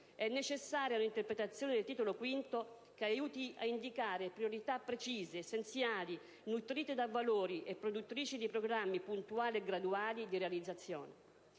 è necessaria una interpretazione del titolo V che aiuti a indicare priorità precise, essenziali, nutrite da valori, e produttrici di programmi, puntuali e graduali, di realizzazione.